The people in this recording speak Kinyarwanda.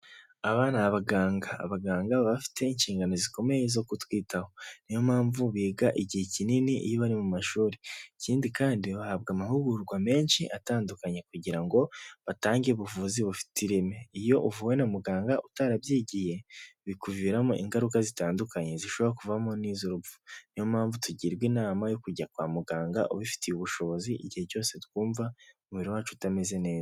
Aba ni abaganga abaganga baba bafite inshingano zikomeye zo kutwitaho, niyo mpamvu biga igihe kinini iyo bari mu mashuri, ikindi kandi bahabwa amahugurwa menshi atandukanye kugira ngo batange ubuvuzi bufite ireme, iyo uvuwe na muganga utarabyigiye bikuviramo ingaruka zitandukanye zishobora kuvamo n'izurupfu, niyo mpamvu tugirwa inama yo kujya kwa muganga ubifitiye ubushobozi igihe cyose twumva umubiri wacu utameze neza.